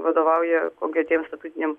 vadovauja konkretiem statutiniam